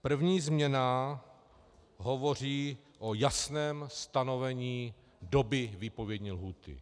První změna hovoří o jasném stanovení doby výpovědní lhůty.